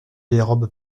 dérobe